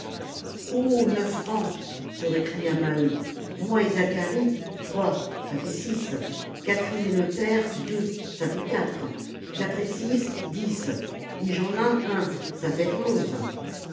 neuf francs se récria maheu moi et zacharie trois ça fait six catherine et le père deux ça fait quatre quatre et six dix et jeanlin un ça fait onze